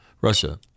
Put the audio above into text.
Russia